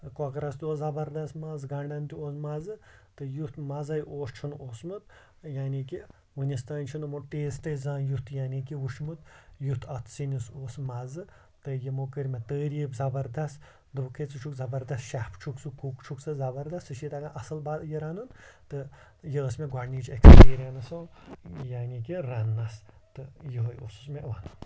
کۄکَرَس تہِ اوس زَبَردَس مَزٕ گَنڈَن تہِ اوس مَزٕ تہٕ یُتھ مَزے اوس چھُنہٕ اوسمُت یعنے کہِ وٕنِس تانۍ چھُنہٕ اُمو ٹیسٹاے زانہہ یُتھ یعنے کہِ وٕچھمُت یُتھ اَتھ سِنِس اوس مَزٕ تہٕ یِمو کٔرۍ مےٚ تعٲریٖف زَبَردَس دوٚپُکھ ہے ژٕ چھُکھ زَبَردَس شٮ۪ف چھُکھ ژٕ کُک چھُکھ ژٕ زَبَردَس ژےٚ چھُی تَگان اصل با یہِ رَنُن تہٕ یہِ ٲس مےٚ گۄڈنِچ ایکسپیٖریَنس سو یعنے کہِ رَننَس تہٕ یِہے اوسُس مےٚ وَنُن